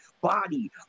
body